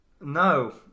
No